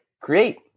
create